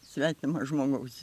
svetimo žmogaus